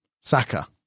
Saka